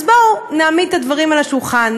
אז בואו נעמיד את הדברים על השולחן,